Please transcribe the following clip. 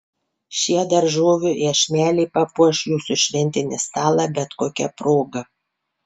šie daržovių iešmeliai papuoš jūsų šventinį stalą bet kokia proga